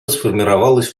сформировалась